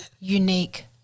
Unique